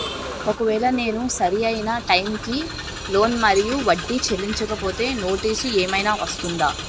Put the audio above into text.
ఒకవేళ నేను సరి అయినా టైం కి లోన్ మరియు వడ్డీ చెల్లించకపోతే నోటీసు ఏమైనా వస్తుందా?